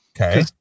Okay